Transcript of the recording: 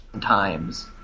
times